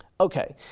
okay,